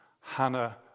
Hannah